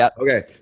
Okay